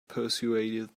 persuaded